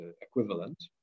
equivalent